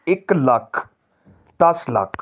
ਇੱਕ ਲੱਖ ਦਸ ਲੱਖ